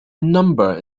number